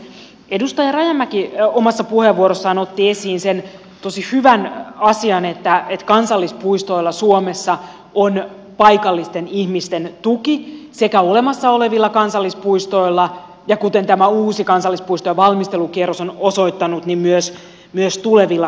edustaja rajamäki omassa puheenvuorossaan otti esiin sen tosi hyvän asian että kansallispuistoilla suomessa on paikallisten ihmisten tuki sekä olemassa olevilla kansallispuistoilla että kuten tämä uusi kansallispuistojen valmistelukierros on osoittanut myös tulevilla kansallispuistoilla